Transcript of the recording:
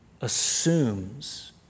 assumes